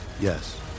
Yes